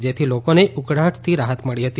જેથી લોકોને ઉકળાટથી રાહત મળી હતી